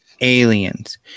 aliens